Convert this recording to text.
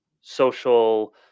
social